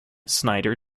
snyder